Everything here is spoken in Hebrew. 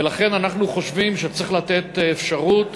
ולכן, אנחנו חושבים שצריך לתת אפשרות